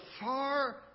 far